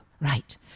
right